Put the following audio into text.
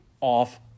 off